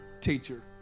teacher